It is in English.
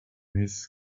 his